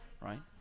right